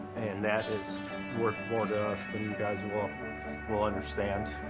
and that is worth more to us than you guys will will understand.